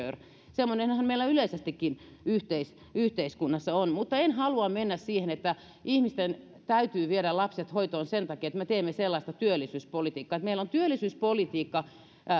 semmoinenhan meillä yleisestikin yhteiskunnassa on mutta en halua mennä siihen että ihmisten täytyy viedä lapset hoitoon sen takia että me teemme sellaista työllisyyspolitiikkaa meillä on työllisyyspolitiikka